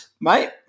mate